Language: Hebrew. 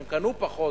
הן קנו פחות,